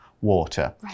water